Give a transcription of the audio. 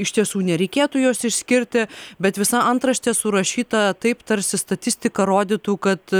iš tiesų nereikėtų jos išskirti bet visa antraštė surašyta taip tarsi statistika rodytų kad